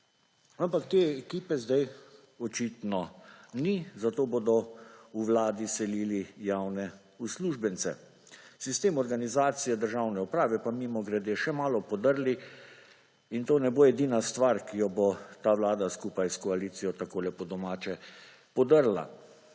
Ampak te ekipe sedaj očitno ni, zato bodo v vladi selili javne uslužbence. Sistem organizacije državne uprave pa mimogrede še malo podrli in to ne bo edina stvar, ki jo bo ta vlada skupaj s koalicijo takole po domače podrla.